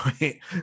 right